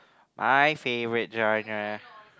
my favourite genre